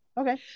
Okay